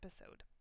episode